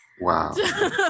wow